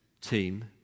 team